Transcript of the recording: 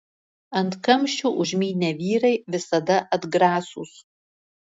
ant kamščio užmynę vyrai visada atgrasūs